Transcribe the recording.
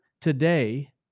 today